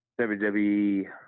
wwe